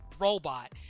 robot